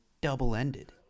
double-ended